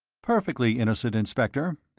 perfectly innocent, inspector.